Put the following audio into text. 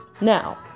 Now